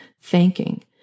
thanking